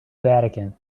vatican